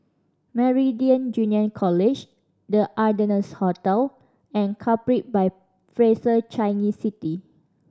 Meridian Junior College The Ardennes Hotel and Capri by Fraser Changi City